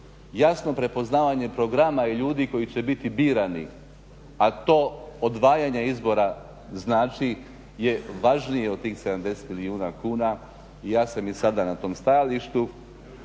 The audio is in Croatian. jasno prepoznavanje programa i ljudi koji će biti birani a to odvajanje izbora znači je važnije od tih 70 milijuna kuna i ja sam i sada na tom stajalištu.